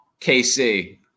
KC